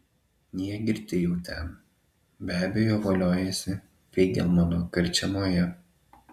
jie girti jau ten be abejo voliojasi feigelmano karčiamoje